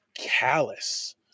callous